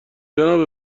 جناب